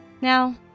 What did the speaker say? Now